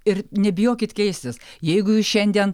ir nebijokit keistis jeigu jūs šiandien